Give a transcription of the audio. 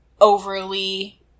overly